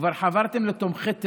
כבר חברתם לתומכי טרור?